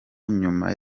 nyuma